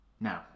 Now